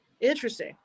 interesting